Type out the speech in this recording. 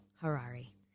Harari